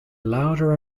louder